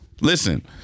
Listen